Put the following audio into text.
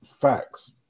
facts